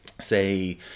say